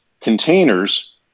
containers